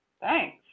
thanks